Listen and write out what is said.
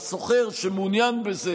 לשוכר שמעוניין בזה,